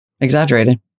exaggerated